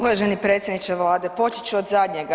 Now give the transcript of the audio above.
Uvaženi predsjedniče Vlade, počet ću od zadnjega.